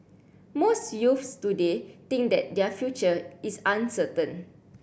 most youths today think that their future is uncertain